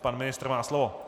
Pan ministr má slovo.